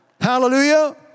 Hallelujah